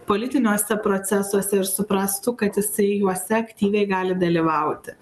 politiniuose procesuose ir suprastų kad jisai juose aktyviai gali dalyvauti